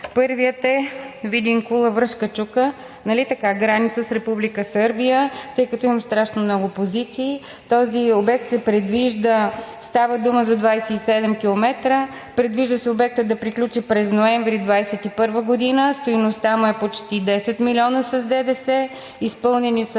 Първият е Видин – Кула – Връшка чука, нали така, граница с Република Сърбия. Тъй като имам страшно много позиции, става дума за 27 км. Предвижда се обектът да приключи през ноември 2021 г. Стойността му е почти 10 милиона с ДДС. Изпълнени